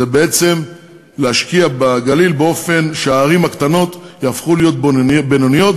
זה בעצם להשקיע בגליל באופן שהערים הקטנות יהפכו להיות בינוניות,